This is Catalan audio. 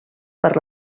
per